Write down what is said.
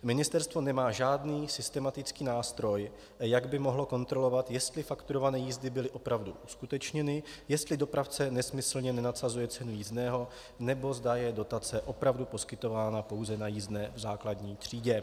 Ministerstvo nemá žádný systematický nástroj, jak by mohlo kontrolovat, jestli fakturované jízdy byly opravdu uskutečněny, jestli dopravce nesmyslně nenadsazuje ceny jízdného, nebo zda je dotace opravdu poskytována pouze na jízdné v základní třídě.